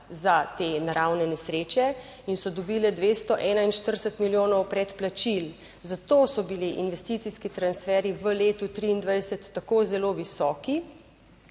za te naravne nesreče in so dobile 241 milijonov predplačil - zato so bili investicijski transferji v letu 2023 tako zelo visoki.